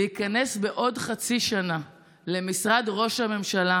להיכנס בעוד חצי שנה למשרד ראש הממשלה,